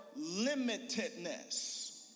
limitedness